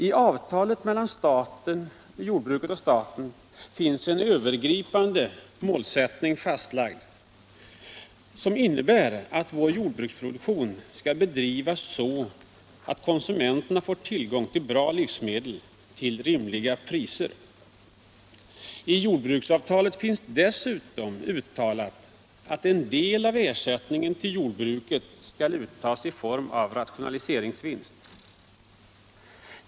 I avtalet mellan jordbruket och staten finns en övergripande målsättning fastlagd som innebär att vår jordbruksproduktion skall bedrivas så att konsumenterna får tillgång till bra livsmedel till rimliga priser. I jordbruksavtalet finns dessutom uttalat att en del av ersättningen till jordbruket skall uttas i form av rationaliseringsvinst.